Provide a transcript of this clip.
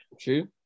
True